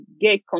get